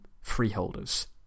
freeholders